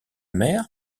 mer